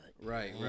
Right